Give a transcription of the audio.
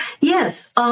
Yes